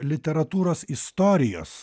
literatūros istorijos